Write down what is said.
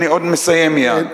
אני מסיים מייד,